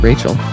Rachel